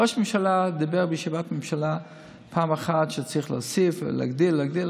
ראש הממשלה דיבר בישיבת ממשלה פעם אחת שצריך להוסיף ולהגדיל להגדיל.